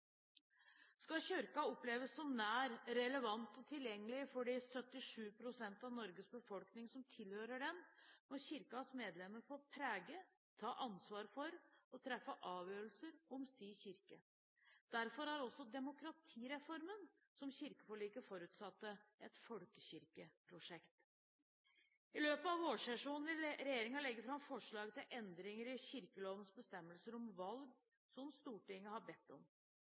Skal Kirken oppleves som nær, relevant og tilgjengelig for de 77 pst. av Norges befolkning som tilhører den, må Kirkens medlemmer få prege, ta ansvar for og treffe avgjørelser om sin kirke. Derfor er også demokratireformen som kirkeforliket forutsatte, et folkekirkeprosjekt. I løpet av vårsesjonen vil regjeringen legge fram forslag til endringer i kirkelovens bestemmelser om valg, slik Stortinget har bedt om.